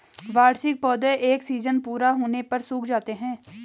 वार्षिक पौधे एक सीज़न पूरा होने पर सूख जाते हैं